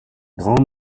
grand